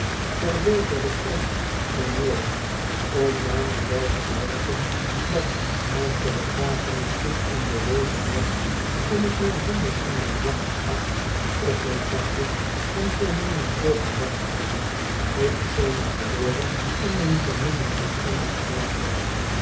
terdege de pen op mijn neus om namelyk wel te bedenken dat als de begrafenisstoet in beweging was en ik mijn handen in mijn zakken stak of mijn zakdoek van voor mijne oogen weghaalde ik persoonlijk verloren en mijn familie tot schande gemaakt was